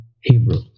Hebrew